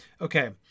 Okay